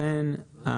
התכנית?